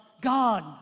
God